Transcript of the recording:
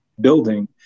building